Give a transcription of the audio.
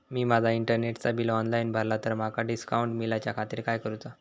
मी माजा इंटरनेटचा bill online भरला तर माका डिस्काउंट मिलाच्या खातीर काय करुचा?